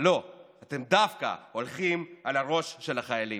אבל לא, אתם דווקא הולכים על הראש של החיילים.